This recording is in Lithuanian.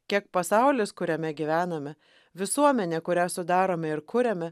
kiek pasaulis kuriame gyvename visuomenė kurią sudarome ir kuriame